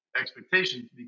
expectations